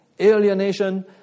alienation